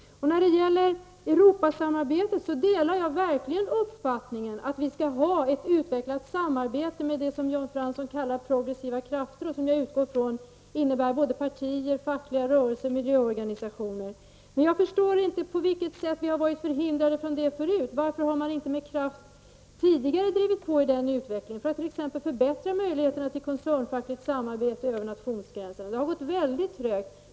I fråga om Europasamarbetet delar jag verkligen uppfattningen att vi skall ha ett utvecklat samarbete med det som Jan Fransson kallar progressiva krafter och som jag utgår från innebär både partier, fackliga rörelser och miljöorganisationer. Jag förstår dock inte på vilket sätt ni varit förhindrade från ett sådant samarbete tidigare. Varför har ni inte tidigare med kraft drivit på den utvecklingen, t.ex. genom att förbättra möjligheterna till koncernfackligt samarbete över nationsgränserna? Det har gått väldigt trögt.